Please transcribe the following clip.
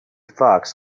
fox